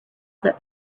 that